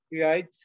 right